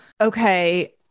okay